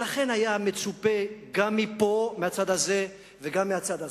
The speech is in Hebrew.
לכן היה מצופה, גם מפה, מהצד הזה וגם מהצד הזה,